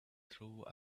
through